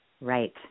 Right